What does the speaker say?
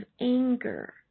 anger